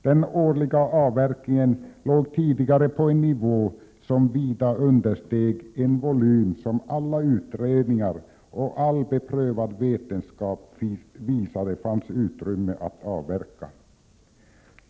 Den årliga avverkningen låg då på en nivå som vida understeg den volym som alla utredningar och all beprövad vetenskap visade att det fanns utrymme att avverka.